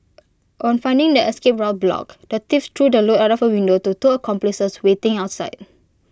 on finding their escape route blocked the thieves threw the loot out of A window to two accomplices waiting outside